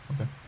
Okay